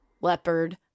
leopard